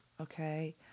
Okay